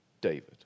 David